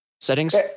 settings